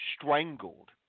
strangled